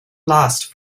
last